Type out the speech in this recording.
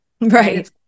right